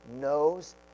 knows